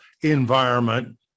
environment